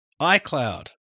iCloud